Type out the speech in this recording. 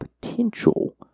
potential